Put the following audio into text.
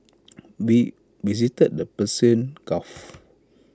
we visited the Persian gulf